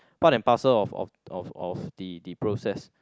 part and parcel of of of of the the process